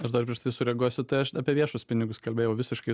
aš dar prieš tai sureaguosiu tai aš apie viešus pinigus kalbėjau visiškai